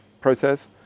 process